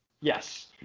Yes